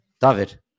David